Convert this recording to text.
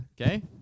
Okay